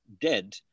dead